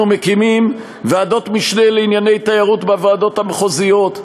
אנחנו מקימים ועדות משנה לענייני תיירות בוועדות המחוזיות,